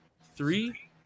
three